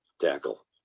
tackle